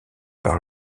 par